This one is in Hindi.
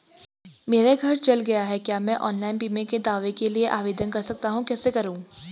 मेरा घर जल गया है क्या मैं ऑनलाइन बीमे के दावे के लिए आवेदन कर सकता हूँ कैसे करूँ?